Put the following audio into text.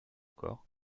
corps